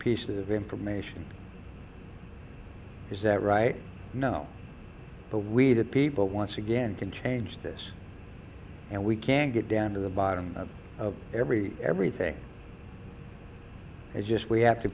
pieces of information is that right know we needed people once again can change this and we can get down to the bottom of every everything is just we have to